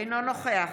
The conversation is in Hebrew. אינו נוכח